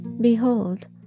Behold